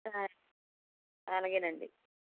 అలాగేనండి